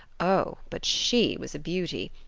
oh! but she was a beauty!